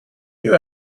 you